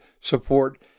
support